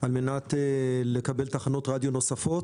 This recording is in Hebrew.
על מנת לקבל תחנות רדיו נוספות.